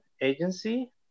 agency